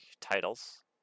titles